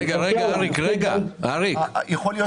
יכול להיות